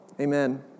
Amen